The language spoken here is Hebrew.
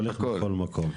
הולך בכל מקום.